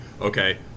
okay